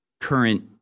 current